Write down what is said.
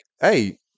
hey